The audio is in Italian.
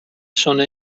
sono